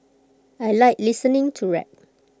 I Like listening to rap